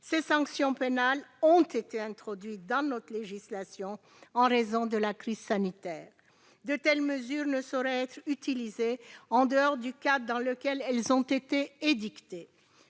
et répressives : introduites dans notre législation en raison de la crise sanitaire, elles ne sauraient être utilisées en dehors du cadre dans lequel elles ont été édictées.